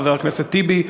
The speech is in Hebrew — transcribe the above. חבר הכנסת טיבי,